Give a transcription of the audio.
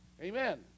Amen